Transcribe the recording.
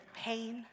pain